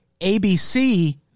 ABC